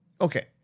okay